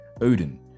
Odin